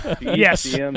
Yes